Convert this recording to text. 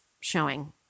showing